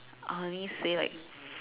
I only say like